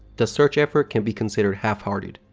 the search effort can be considered half-hearted,